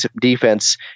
defense